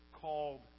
called